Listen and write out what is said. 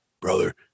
brother